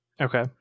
Okay